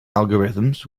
algorithms